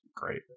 great